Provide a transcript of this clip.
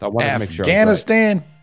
Afghanistan